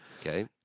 Okay